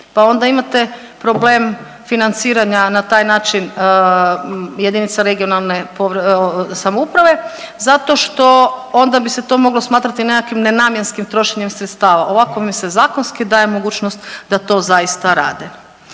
pa onda imate problem financiranja na taj način jedinica regionalne samouprave zato što onda bi se to moglo smatrati nekakvim nenamjenskim trošenjem sredstava, ovako im se zakonski daje mogućnost da to zaista rade.